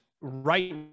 right